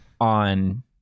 on